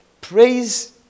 praise